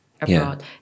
abroad